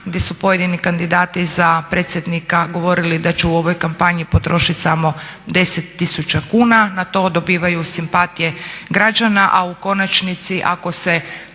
gdje su pojedini kandidati za predsjednika govorili da će u ovoj kampanji potrošit samo 10 000 kuna. Na to dobivaju simpatije građana. A u konačnici ako se